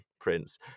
prince